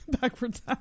Backwards